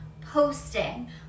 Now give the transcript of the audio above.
posting